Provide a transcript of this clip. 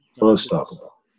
unstoppable